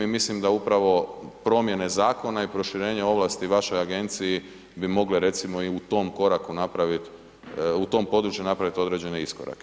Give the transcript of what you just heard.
I mislim da upravo promjene zakona i proširenje ovlasti vašoj agenciji bi mogle recimo i u tom koraku napravit, u tom području napravit određene iskorake.